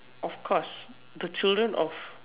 of course the children of